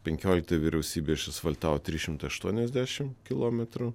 penkiolikta vyriausybė išasfaltavo trys šimtai aštuoniasdešim kilometrų